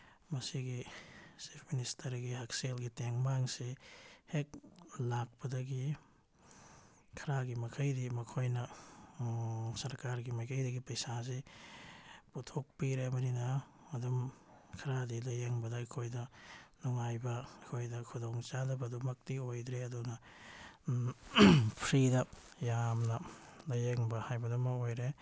ꯃꯁꯤꯒꯤ ꯆꯤꯐ ꯃꯤꯅꯤꯁꯇꯔꯒꯤ ꯍꯛꯁꯦꯜꯒꯤ ꯇꯦꯡꯕꯥꯡꯁꯤ ꯍꯦꯛ ꯂꯥꯛꯄꯗꯒꯤ ꯈꯔꯒꯤ ꯃꯈꯩꯗꯤ ꯃꯈꯣꯏꯅ ꯁꯔꯀꯥꯔꯒꯤ ꯃꯥꯏꯀꯩꯗꯒꯤ ꯄꯩꯁꯥꯁꯤ ꯄꯨꯊꯣꯛꯄꯤꯔꯕꯅꯤꯅ ꯑꯗꯨꯝ ꯈꯔꯗꯤ ꯂꯥꯏꯌꯦꯡꯕꯗ ꯑꯩꯈꯣꯏꯗ ꯅꯨꯡꯉꯥꯏꯕ ꯑꯩꯈꯣꯏꯗ ꯈꯨꯗꯣꯡ ꯆꯥꯗꯕꯗꯨꯃꯛꯇꯤ ꯑꯣꯏꯗ꯭ꯔꯦ ꯑꯗꯨꯅ ꯐ꯭ꯔꯤꯗ ꯌꯥꯝꯅ ꯂꯥꯏꯌꯦꯡꯕ ꯍꯥꯏꯕꯗꯨꯃ ꯑꯣꯏꯔꯦ